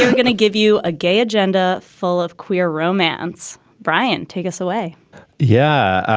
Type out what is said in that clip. gonna give you a gay agenda full of queer romance. bryant, take us away yeah.